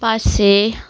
पाचशे